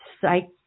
psych